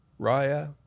Raya